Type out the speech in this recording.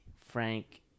Frank